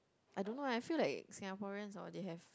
I don't know eh I feel like Singaporeans hor they have